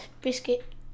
Biscuit